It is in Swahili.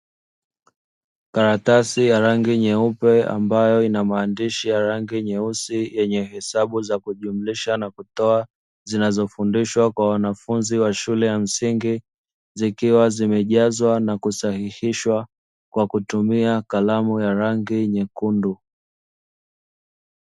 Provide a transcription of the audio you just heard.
Karatasi ya rangi nyeupe ambayo ina maandishi ya rangi yenye hesabu za kujumlisha na kutoa zinazofundishwa kwa wanafunzi wa shule ya msingi zikiwa zimejazwa na kusahihishwa kwa kutumia kalamu ya rangi nyekundu.